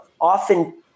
often